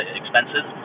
expenses